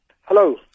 Hello